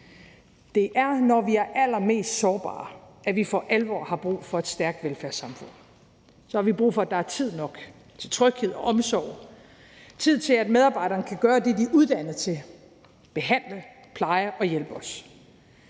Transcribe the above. Det er, når vi er allermest sårbare, at vi for alvor har brug for et stærkt velfærdssamfund. Så har vi brug for, at der er tid nok, til tryghed og omsorg – tid til, at medarbejderne kan gøre det, de er uddannet til: behandle, pleje og hjælpe os.